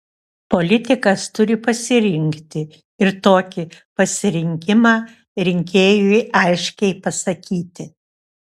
politikas turi pasirinkti ir tokį pasirinkimą rinkėjui aiškiai pasakyti